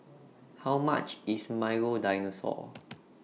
How much IS Milo Dinosaur